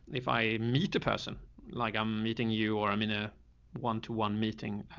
if i meet a person like i'm meeting you or i'm in a one to one meeting,